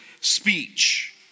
speech